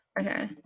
Okay